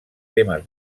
temes